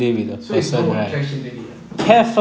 so it's no attraction already ah